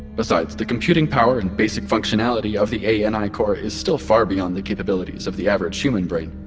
besides, the computing power and basic functionality of the a n i. core is still far beyond the capabilities of the average human brain,